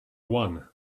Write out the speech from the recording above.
one